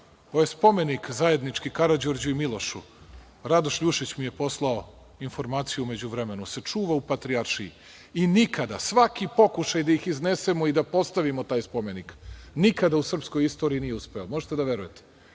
ovaj spomenik zajednički Karađorđu i Milošu, Radoš LJušić mi je poslao informaciju u međuvremenu, se čuva u Patrijaršiji, i nikada, svaki pokušaj da ih iznesemo i da postavimo taj spomenik, nikada u srpskoj istoriji nije uspeo. Možete li da verujete?